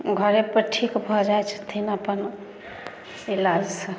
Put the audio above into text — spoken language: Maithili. घरे पर ठीक भऽ जाइ छथिन अपन इलाज सऽ